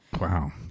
Wow